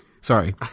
Sorry